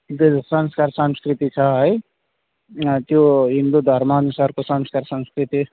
जुन संस्कार संस्कृति छ है त्यो हिन्दू धर्म अनुसारको संस्कार संस्कृति